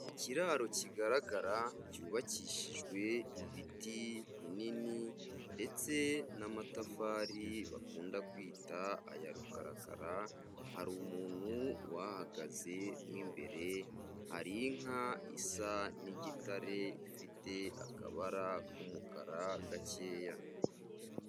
Ikiraro kigaragara cyubakishijwe ibiti binini ndetse n'amatafari bakunda kwita aya rukarakara, hari umuntu uhahagaze mo imbere, hari inka isa n'igitare ifite akabara k'umukara gakeya.